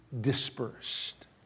dispersed